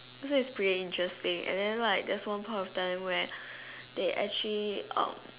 that's why it was pretty interesting and then like there was one point of time where they actually um